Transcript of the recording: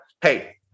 hey